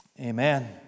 Amen